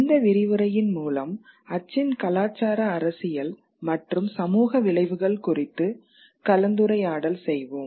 இந்த விரிவுரையின் மூலம் அச்சின் கலாச்சார அரசியல் மற்றும் சமூக விளைவுகள் குறித்து கலந்துரையாடல் செய்வோம்